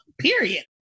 period